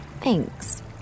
Thanks